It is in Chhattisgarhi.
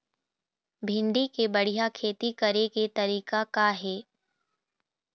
भिंडी के बढ़िया खेती करे के तरीका का हे?